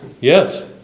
yes